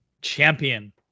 Champion